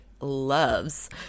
loves